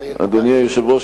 אדוני היושב-ראש,